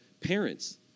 Parents